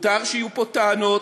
מותר שיהיו פה טענות,